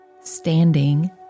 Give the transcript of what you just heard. standing